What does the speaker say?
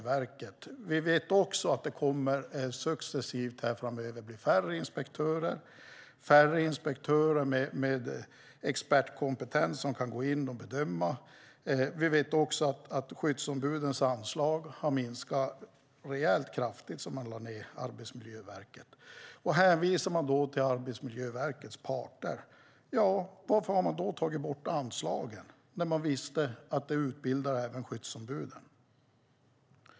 Vi vet att det successivt kommer att bli färre inspektörer, färre inspektörer med expertkompetens som kan gå in och bedöma. Vi vet också att skyddsombudens anslag har minskats rejält sedan man lade ned Arbetslivsinstitutet. När man hänvisar till Arbetsmiljöverkets parter undrar jag varför man har tagit bort anslagen när man visste att de även utbildar skyddsombuden.